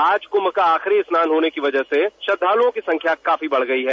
आज कुंभ का आखिरी स्नान होने की वजह से श्रद्धालुओं की संख्या काफी बढ़ गई है